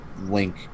Link